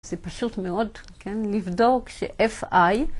זה פשוט מאוד, כן, לבדוק ש-FI